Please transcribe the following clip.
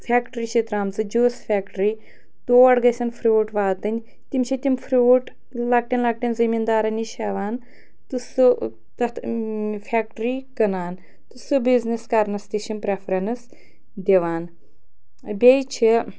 factory چھےٚ ترٛامژٕ juice factory تور گژھن فرٛوٗٹ واتٕنۍ تِم چھِ تِم فرٛوٗٹ لۄکٹٮ۪ن لۄکٹٮ۪ن زمیٖندارَن نِش ہٮ۪وان تہٕ سُہ تَتھ فٮ۪کٹرٛی کٕنان تہٕ سُہ بِزنِس کَرنَس تہِ چھِ یِم پرٛٮ۪فرٮ۪نٕس دِوان بیٚیہِ چھِ